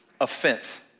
Offense